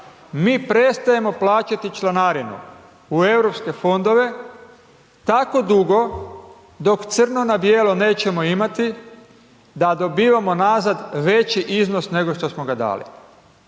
mi prestajemo plaćati članarinu u Europske fondove tako dugo dok crno na bijelo nećemo imati da dobivamo nazad veći iznos nego što smo ga dali.